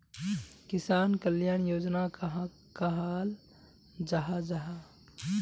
किसान कल्याण योजना कहाक कहाल जाहा जाहा?